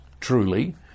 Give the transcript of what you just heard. truly